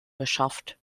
beschafft